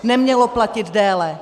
Nemělo platit déle.